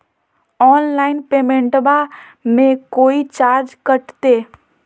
Online पेमेंटबां मे कोइ चार्ज कटते?